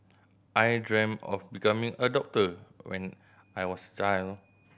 I dream of becoming a doctor when I was a child